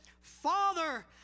Father